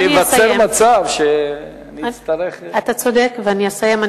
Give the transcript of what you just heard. שייווצר מצב שאני אצטרך, אתה צודק, ואני אסיים.